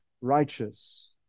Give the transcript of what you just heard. righteous